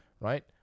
right